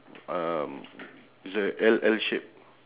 should be four four more maybe